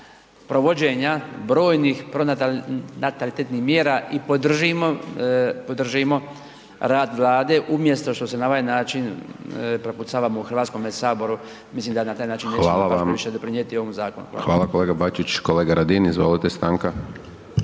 (SDP)** Hvala kolega Bačić. Kolega Radin, izvolite, stanka.